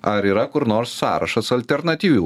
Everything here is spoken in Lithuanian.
ar yra kur nors sąrašas alternatyvių